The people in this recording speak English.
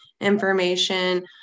information